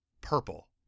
purple